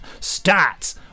stats